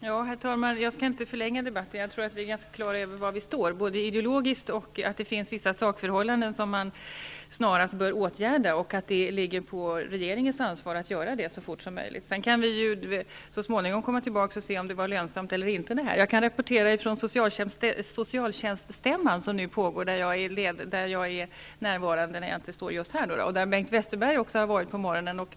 Herr talman! Jag skall inte förlänga debatten, då vi är ganska klara över var vi står både ideologiskt och när det gäller att det finns vissa sakförhållanden som snarast bör åtgärdas, och att det är regeringens ansvar att göra det så fort som möjligt. Vi kan så småningom komma tillbaka och se om det här var lönsamt eller inte. Jag kan rapportera från socialtjänststämman, som nu pågår, där jag är närvarande när jag inte är här, och där Bengt Westerberg också deltog på morgonen.